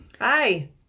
Hi